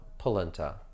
polenta